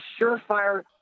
surefire